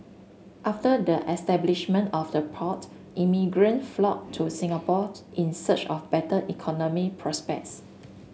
after the establishment of the port immigrant flocked to Singapore in search of better economic prospects